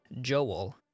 Joel